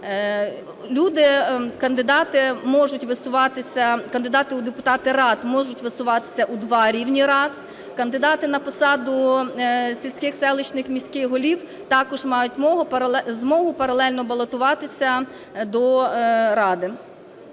кандидати у депутати рад можуть висуватися у два рівні рад. Кандидати на посаду сільських, селищних, міських голів також мають змогу паралельно балотуватися до ради.